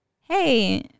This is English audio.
hey